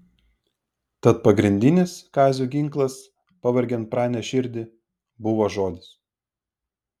tad pagrindinis kazio ginklas pavergiant pranės širdį buvo žodis